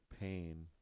pain